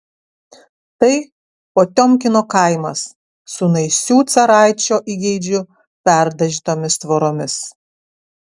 tai potiomkino kaimas su naisių caraičio įgeidžiu perdažytomis tvoromis